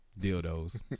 Dildos